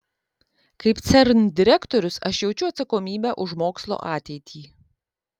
kaip cern direktorius aš jaučiu atsakomybę už mokslo ateitį